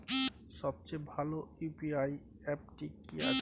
সবচেয়ে ভালো ইউ.পি.আই অ্যাপটি কি আছে?